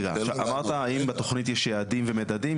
רגע, אמרת האם בתוכנית יש יעדים ומדדים?